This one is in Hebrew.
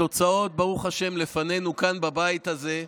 התוצאות, ברוך השם, לפנינו, כאן בבית הזה.